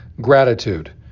gratitude